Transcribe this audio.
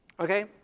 Okay